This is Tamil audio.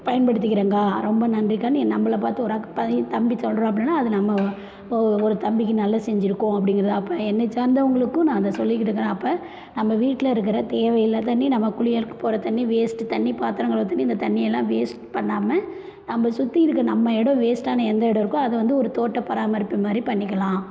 பயன்படுத்துக்கிறேங்க்கா ரொம்ப நன்றிக்கான்னு என் நம்மள பார்த்து ஒரு தம்பி சொல்கிறாப்புலன்னு அது நம்ம ஒரு தம்பிக்கு நல்லது செஞ்சுருக்கோம் அப்படிங்கிறது அப்போ என்னை சார்ந்தவர்களுக்கும் நான் அதை சொல்லிக்கிட்டு தான் அப்போ நம்ம வீட்டில் இருக்கற தேவையில்லாத தண்ணி நம்ம குளியலுக்கு போகிற தண்ணி வேஸ்ட்டு தண்ணி பாத்திரம் கழுவுகிற தண்ணி இந்த தண்ணி எல்லாம் வேஸ்ட் பண்ணாமல் நம்மை சுற்றி இருக்க நம்ம எடம் வேஸ்ட்டான எந்த இடம் இருக்கோ அதை வந்து ஒரு தோட்ட பராமரிப்பு மாதிரி பண்ணிக்கலாம்